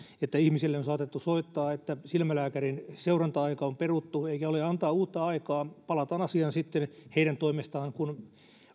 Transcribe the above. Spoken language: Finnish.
ihmisille on saatettu soittaa että silmälääkärin seuranta aika on peruttu eikä ole antaa uutta aikaa palataan asiaan sitten heidän toimestaan kun